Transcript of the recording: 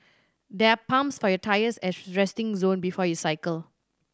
there are pumps for your tyres at the resting zone before you cycle